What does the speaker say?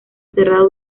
cerrado